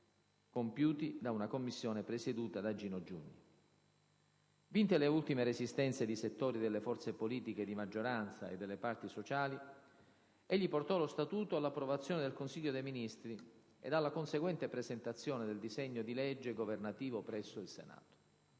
compiuti da una commissione presieduta da Gino Giugni. Vinte le ultime resistenze di settori delle forze politiche di maggioranza e delle parti sociali, egli portò lo Statuto all'approvazione del Consiglio dei ministri ed alla conseguente presentazione del disegno di legge governativo presso il Senato.